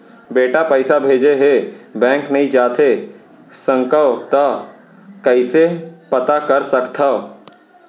बेटा पइसा भेजे हे, बैंक नई जाथे सकंव त कइसे पता कर सकथव?